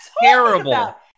terrible